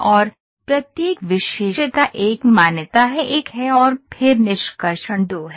और प्रत्येक विशेषता एक मान्यता है एक है और फिर निष्कर्षण दो है